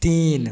तीन